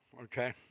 okay